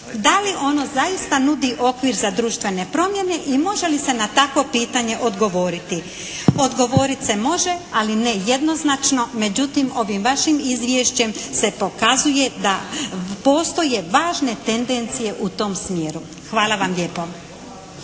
Da li ono zaista nudi okvir za društvene promjene i može li se na takvo pitanje odgovoriti? Odgovorit se može ali ne jednoznačno. Međutim, ovim vašim izvješćem se pokazuje da postoje važne tendencije u tom smjeru. Hvala vam lijepo.